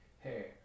hey